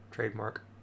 Trademark